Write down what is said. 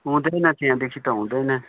हुँदैन त्यहाँदेखि त हुँदैन